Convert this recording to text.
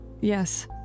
yes